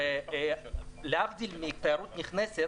להבדיל מתיירות נכנסת,